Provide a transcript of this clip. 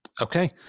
Okay